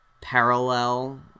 parallel